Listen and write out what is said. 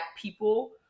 people